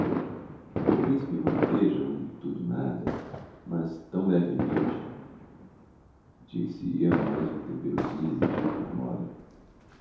o principe manqueja um tudo nada mas tão levemente dir se hia mais um tempêrozinho exigido pela móda